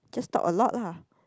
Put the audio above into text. just talk a lot lah